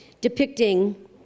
depicting